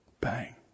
Bang